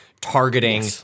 targeting